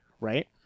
right